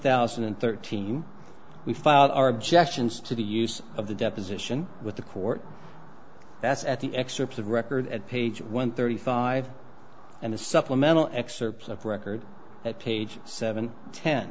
thousand and thirteen we filed our objections to the use of the deposition with the court that's at the excerpts of record at page one thirty five and the supplemental excerpts of record at page seven ten